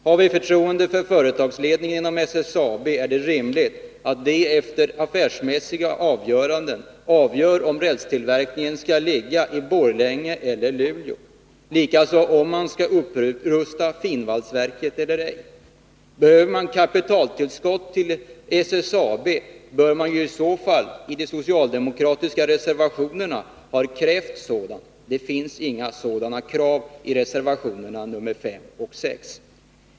Har vi förtroende för företagsledningen inom SSAB, är det rimligt att den efter affärsmässiga avgöranden bestämmer om rälstillverkningen skall ligga i Borlänge eller i Luleå, och likaså om finvalsverket skall upprustas eller ej. Behöver man kapitaltillskott till SSAB, borde man i så fall ha krävt ett sådant i de socialdemokratiska reservationerna, men det finns inga sådana krav i reservationerna nr 5 och 6.